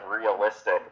realistic